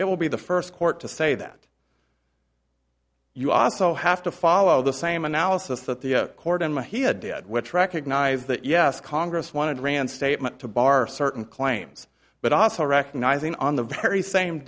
it will be the first court to say that you also have to follow the same analysis that the court and what he had did which recognize that yes congress wanted rand statement to bar certain claims but also recognizing on the very same